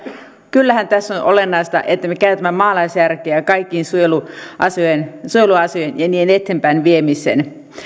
kyllähän tässä on on olennaista että me käytämme maalaisjärkeä kaikkien suojeluasioiden suojeluasioiden eteenpäinviemiseen